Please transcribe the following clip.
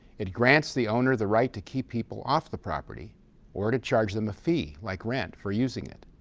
it grants the owner the right to keep people off the property or to charge them a fee, like rent, for using it.